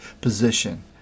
position